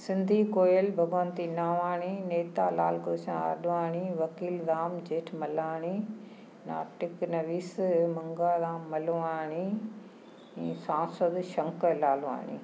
सिंधी कोयल भगंवती नावाणी नेता लालकृष्न आडवाणी वकील राम जेठमलाणी नाटक नवीस मंघाराम मलवाणी सांसद शंकर लालवाणी